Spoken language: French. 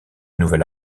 nouvel